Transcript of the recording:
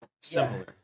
Similar